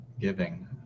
giving